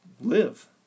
live